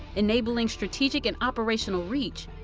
enabling strategic and operational reach,